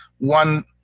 one